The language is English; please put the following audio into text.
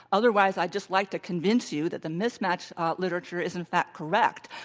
otherwise i'd just like to convince you that the mismatch literature is in fact correct.